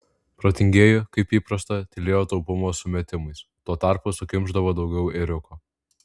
protingieji kaip įprasta tylėjo taupumo sumetimais tuo tarpu sukimšdavo daugiau ėriuko